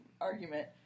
argument